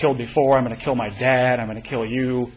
kill before i'm going to kill my dad i'm going to kill you